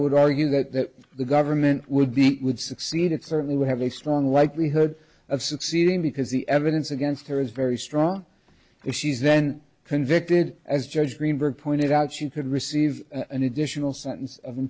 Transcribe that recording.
would argue that the government would be it would succeed it certainly would have a strong likelihood of succeeding because the evidence against her is very strong if she's then convicted as judge greenberg pointed out you could receive an additional sentence of i